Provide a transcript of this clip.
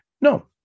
No